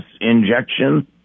injection